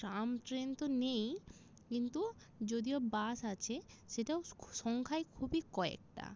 tram train তো নেই কিন্তু যদিও বাস আছে সেটাও সংখ্যায় খুবই কয়েকটা